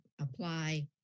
apply